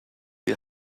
die